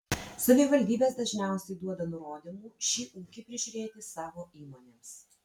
savivaldybės dažniausiai duoda nurodymų šį ūkį prižiūrėti savo įmonėms